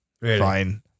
fine